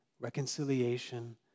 Reconciliation